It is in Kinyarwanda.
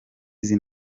izi